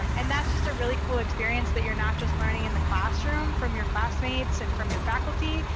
um and that's just a really cool experience that you're not just learning in the classroom from your classmates and from your faculty,